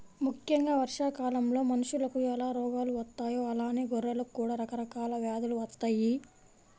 ముక్కెంగా వర్షాకాలంలో మనుషులకు ఎలా రోగాలు వత్తాయో అలానే గొర్రెలకు కూడా రకరకాల వ్యాధులు వత్తయ్యి